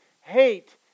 hate